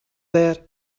that